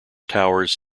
towers